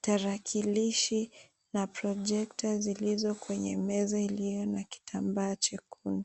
tarakilishi na projector zilizo kwenye meza iliyo na kitambaa chekundu.